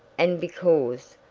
and because,